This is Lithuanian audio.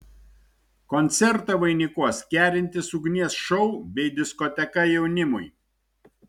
koncertą vainikuos kerintis ugnies šou bei diskoteka jaunimui